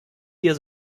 hier